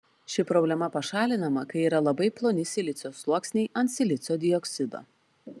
ši problema pašalinama kai yra labai ploni silicio sluoksniai ant silicio dioksido